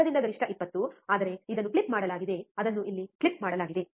ಶಿಖರದಿಂದ ಗರಿಷ್ಠ 20 ಆದರೆ ಇದನ್ನು ಕ್ಲಿಪ್ ಮಾಡಲಾಗಿದೆ ಅದನ್ನು ಇಲ್ಲಿ ಕ್ಲಿಪ್ ಮಾಡಲಾಗಿದೆ